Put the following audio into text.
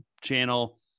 channel